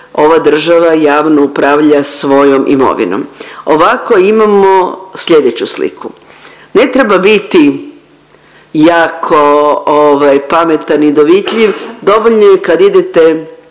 ova država javno upravlja svojom imovinom. Ovako imamo sljedeću sliku, ne treba biti jako pametan i dovitljiv, dovoljno je kad idete